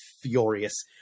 furious